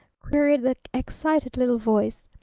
queried the excited little voice.